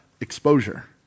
exposure